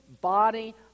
body